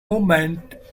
moment